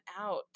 out